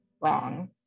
wrong